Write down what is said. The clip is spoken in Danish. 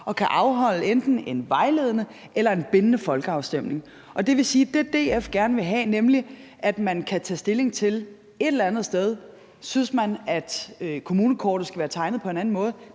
at kunne afholde enten en vejledende eller en bindende folkeafstemning. Og det vil sige, at det, som DF gerne vil have, nemlig at man et eller andet sted kan tage stilling til, om man synes, at kommunekortet skal være tegnet på en anden måde,